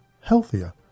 healthier